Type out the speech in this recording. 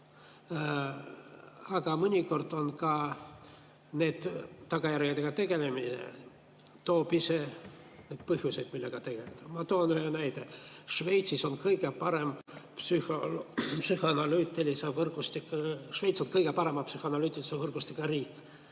Aga mõnikord ka nende tagajärgedega tegelemine toob ise põhjuseid, millega tegeleda. Ma toon ühe näite. Šveits on kõige parema psühhoanalüütilise võrgustikuga riik.